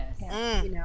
yes